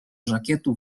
żakietu